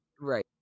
right